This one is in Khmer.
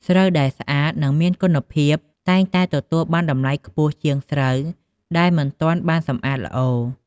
ស្រូវដែលស្អាត និងមានគុណភាព តែងតែទទួលបានតម្លៃខ្ពស់ជាងស្រូវដែលមិនទាន់បានសម្អាតល្អ។